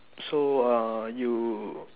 so uh you